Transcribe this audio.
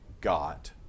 got